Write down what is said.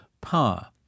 power